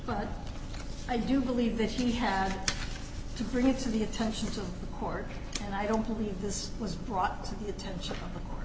but i do believe that he had to bring it to the attention to the court and i don't believe this was brought to the attention of the